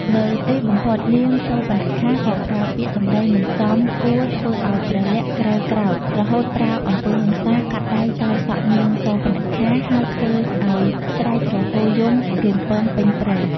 នៅទីបំផុត នាងសូរបនខាក៏ប្រើពាក្យ សំដីមិនសមគួរធ្វើឱ្យ ព្រះលក្សណ៍ក្រេវក្រោធ រហូតប្រើអំពើហិង្សា កាត់ដៃ កោរសក់នាងសួរបនខា ហើយធ្វើអោយស្រែកទ្រហោយំរំពងពេញព្រៃ។